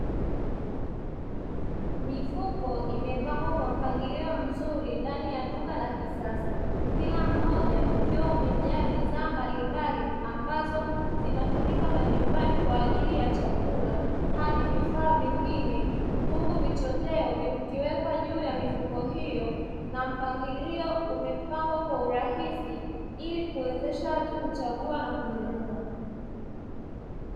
Mifuko imepangwa kwa mpangilio mzuri ndani ya duka la kisasa kila mmoja ukiwa umejaa bidhaa mbalimbali ambazo zinatumika majumbani kwa ajili ya chakula hadi vifaa vingine, huku vichoteo vikiwekwa juu ya mifuko hiyo na mpangilio umepangwa kwa urahisi ili kuwezesha watu kuchagua na kununua.